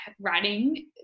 writing